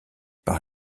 par